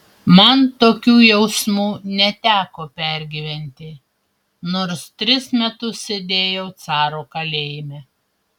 man tokių jausmų neteko pergyventi nors tris metus sėdėjau caro kalėjime